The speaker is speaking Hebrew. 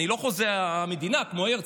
אני לא חוזה המדינה כמו הרצל,